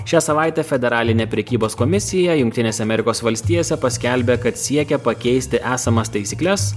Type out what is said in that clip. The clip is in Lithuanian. šią savaitę federalinė prekybos komisija jungtinėse amerikos valstijose paskelbė kad siekia pakeisti esamas taisykles